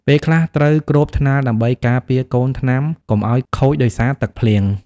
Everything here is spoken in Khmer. ពេលខ្លះត្រូវគ្របថ្នាលដើម្បីការពារកូនថ្នាំកុំឱ្យខូចដោយសារទឹកភ្លៀង។